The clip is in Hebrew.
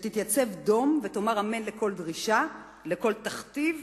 שתתייצב דום ותאמר אמן לכל דרישה, לכל תכתיב?